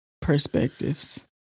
Perspectives